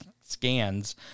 scans